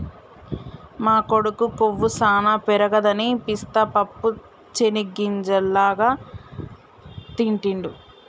మా కొడుకు కొవ్వు సానా పెరగదని పిస్తా పప్పు చేనిగ్గింజల లాగా తింటిడు